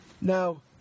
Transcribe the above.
Now